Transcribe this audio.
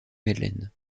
madeleine